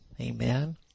Amen